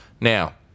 Now